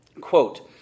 Quote